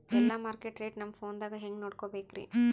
ಎಲ್ಲಾ market rate ನಮ್ ಫೋನದಾಗ ಹೆಂಗ ನೋಡಕೋಬೇಕ್ರಿ?